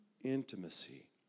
intimacy